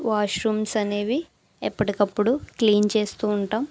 washrooms అనేవి ఎప్పటికప్పుడు clean చేస్తూ ఉంటాం